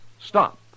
stop